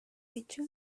hecho